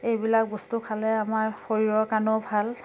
এইবিলাক বস্তু খালে আমাৰ শৰীৰৰ কাৰণেও ভাল